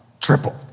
triple